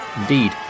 Indeed